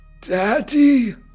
Daddy